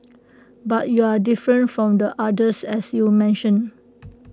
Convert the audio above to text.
but you're different from the others as you mentioned